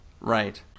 Right